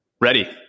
Ready